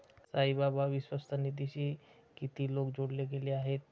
साईबाबा विश्वस्त निधीशी किती लोक जोडले गेले आहेत?